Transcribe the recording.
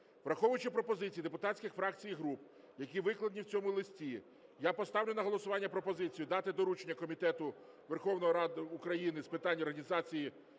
Враховуючи пропозиції депутатських фракцій і груп, які викладені в цьому листі, я поставлю на голосування пропозицію дати доручення Комітету Верховної Ради України з питань організації